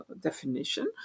definition